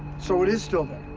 so it is still